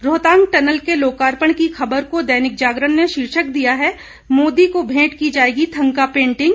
Rohtang tunnel के लोकार्पण की खबर को दैनिक जागरण ने शीर्षक दिया है मोदी को भेंट की जाएगी थंका पेंटिंग